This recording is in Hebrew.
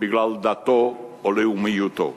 בגלל דתו או לאומיותו.